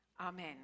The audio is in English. Amen